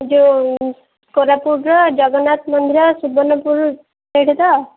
ଯେଉଁ କୋରାପୁଟର ଜଗନ୍ନାଥ ମନ୍ଦିର ସୁବର୍ଣ୍ଣପୁର ସେଇଠି ତ